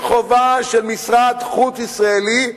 שחובה של משרד חוץ ישראלי,